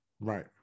Right